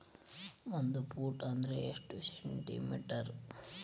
ಒಂದು ಫೂಟ್ ಅಂದ್ರ ಎಷ್ಟು ಸೆಂಟಿ ಮೇಟರ್?